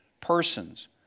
persons